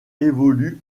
évolue